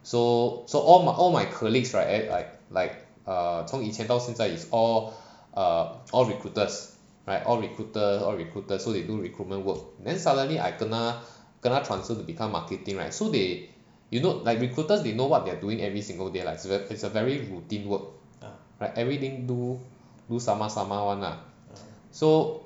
so so all m~ all my colleagues right I like err 从以前到现在 is all err all recruiters right all recruiter all recruiters so they do recruitment work then suddenly I kena kena transferred to become marketing right so they you know like recruiters they know what they're doing every single day like it~ a very it's a very routine work right everything do do sama sama [one] lah so